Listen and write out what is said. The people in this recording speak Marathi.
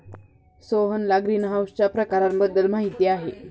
सोहनला ग्रीनहाऊसच्या प्रकारांबद्दल माहिती आहे